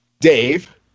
Dave